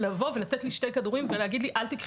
לתת לי שני כדורים ולהגיד לי לא לקחת